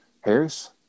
Harris